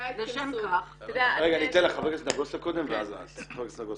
חבר הכנסת נגוסה, בבקשה.